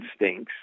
instincts